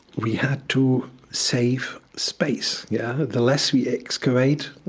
we had to save space. yeah, the less we excavate,